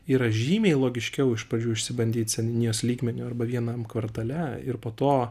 yra žymiai logiškiau iš pradžių išsibandyt seniūnijos lygmeniu arba vienam kvartale ir po to